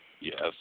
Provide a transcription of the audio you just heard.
Yes